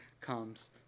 comes